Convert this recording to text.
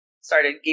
started